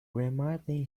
reminded